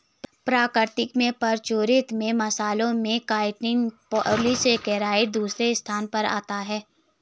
प्रकृति में प्रचुरता के मामले में काइटिन पॉलीसेकेराइड दूसरे स्थान पर आता है